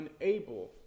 unable